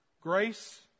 Grace